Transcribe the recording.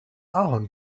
ahorn